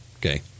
Okay